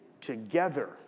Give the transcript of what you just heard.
together